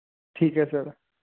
ਠੀਕ ਆ ਸਰ